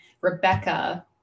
Rebecca